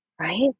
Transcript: Right